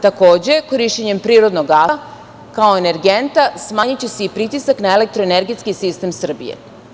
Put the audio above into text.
Takođe, korišćenjem prirodnog gasa kao energenta smanjiće se i pritisak na elektroenergetski sistem Srbije.